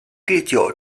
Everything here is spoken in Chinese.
第九